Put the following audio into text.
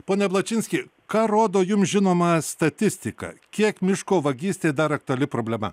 pone ablačinski ką rodo jums žinoma statistika kiek miško vagystės dar aktuali problema